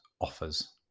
offers